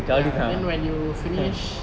ya then when you finish